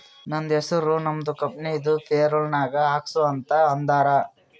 ನಂದ ಹೆಸುರ್ ನಮ್ದು ಕಂಪನಿದು ಪೇರೋಲ್ ನಾಗ್ ಹಾಕ್ಸು ಅಂತ್ ಅಂದಾರ